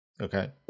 Okay